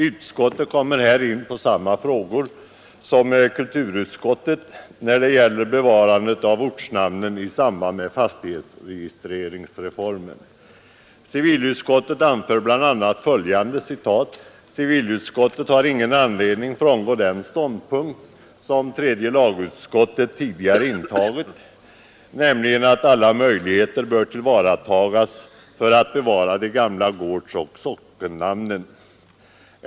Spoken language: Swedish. Utskottet kommer här in på samma frågor som kulturutskottet när det gäller bevarandet av ortnamnen i samband med fastighetsregisterreformen. Civilutskottet anför bl.a. följande: ”Civilutskottet har inte anledning frångå den ståndpunkt som tredje lagutskottet ——— tidigare intagit, nämligen att alla möjligheter bör tillvaratas för att bevara de gamla gårdsoch sockennamnen.